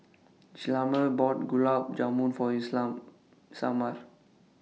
Hjalmer bought Gulab Jamun For Isamar